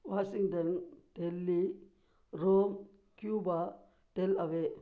Washington Delhi Rome Cuba Tel away